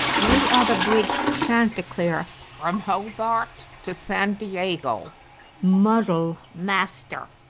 we are the brig chanticleer from hobart to santiago, muddell, master,